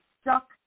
stuck